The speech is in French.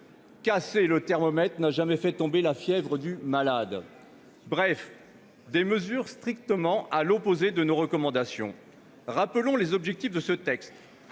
Casser le thermomètre n'a jamais fait tomber la fièvre du malade ! En résumé, des mesures situées strictement à l'opposé de nos recommandations. Rappelons les objectifs de ce texte